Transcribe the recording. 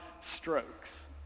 strokes